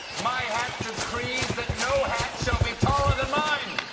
my hat decrees that no hat shall be taller than mine!